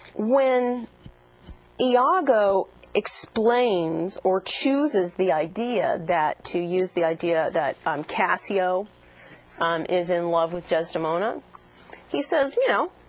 when iago explains or chooses the idea that to use the idea that um cassio um is in love with desdemona he says you know